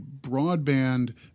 Broadband